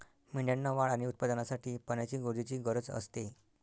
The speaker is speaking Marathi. मेंढ्यांना वाढ आणि उत्पादनासाठी पाण्याची ऊर्जेची गरज असते